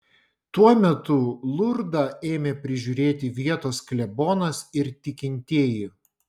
tuo metu lurdą ėmė prižiūrėti vietos klebonas ir tikintieji